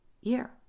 year